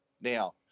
Now